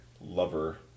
Lover